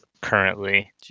currently